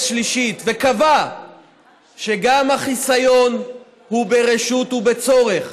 שלישית וקבע שגם החיסיון הוא ברשות ובצורך,